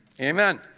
Amen